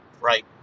right